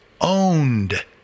owned